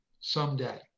someday